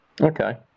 okay